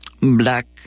black